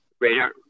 Radar